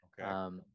Okay